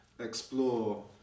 explore